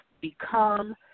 become